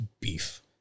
beef